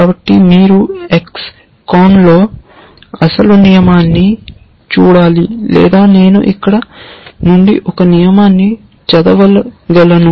కాబట్టి మీరు X CON లో అసలు నియమాన్ని చూడాలి లేదా నేను ఇక్కడ నుండి ఒక నియమాన్ని చదవగలను